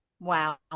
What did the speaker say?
wow